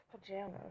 pajamas